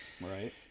right